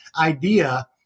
idea